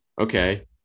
okay